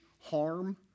harm